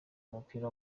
umupira